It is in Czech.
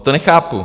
To nechápu.